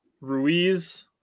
Ruiz